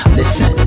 listen